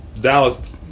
Dallas